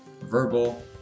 Verbal